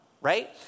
right